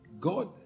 God